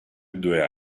due